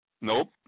Nope